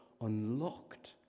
unlocked